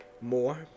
more